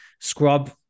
scrub